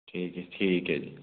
ਠੀਕ ਹੈ ਠੀਕ ਹੈ ਜੀ